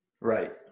right